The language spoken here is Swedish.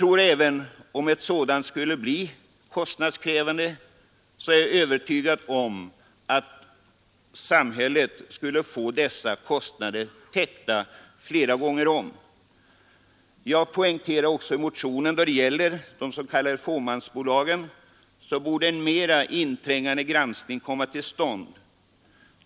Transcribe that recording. Om ett sådant skulle bli kostnadskrävande, är jag övertygad om att samhället skulle få dessa kostnader täckta flera gånger om. I motionen poängterar jag också att i fråga om de s.k. fåmansbolagen en mera inträngande granskning borde komma till stånd.